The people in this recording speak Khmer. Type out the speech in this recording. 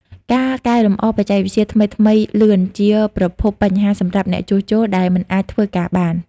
ការកែលម្អបច្ចេកវិទ្យាថ្មីៗលឿន ជាប្រភពបញ្ហាសម្រាប់អ្នកជួសជុលដែលមិនអាចធ្វើការបាន។